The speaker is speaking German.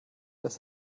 das